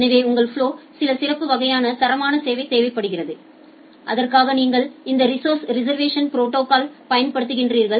எனவே உங்கள் ஃபலொவிற்கு சில சிறப்பு வகையான தரமான சேவை தேவைப்படுகிறது அதற்காக நீங்கள் இந்த ரிஸோஸர்ஸ் ரிசா்வேஸன் ப்ரோடோகால்யை பயன்படுத்துகிறீர்கள்